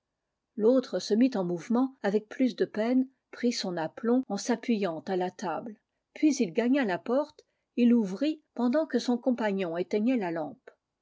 l'autre se mit en mouvement avec plus de peine prit son aplomb en s'appuyant à la table puis il gagna la porte et l'ouvrit pendant que son compagnon éteignait la lampe